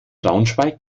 braunschweig